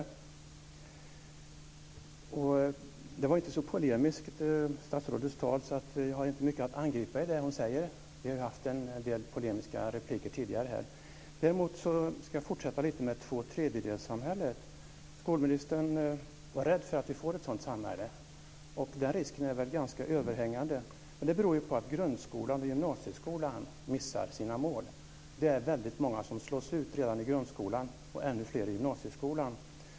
Det som statsrådet sade var inte så polemiskt, så jag har inte så mycket att angripa i det. Vi har tidigare haft en del polemiska replikskiften. Däremot ska jag fortsätta med att säga lite om tvåtredjedelssamhället. Skolministern var rädd för att vi ska få ett sådant samhälle, och den risken är väl ganska överhängande. Det beror på att grundskolan och gymnasieskolan missar sina mål. Väldigt många slås ut redan i grundskolan och ännu fler i gymnasieskolan.